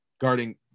guarding